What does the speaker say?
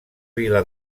vila